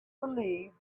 believed